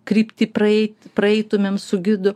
kryptį praeit praeitumėm su gidu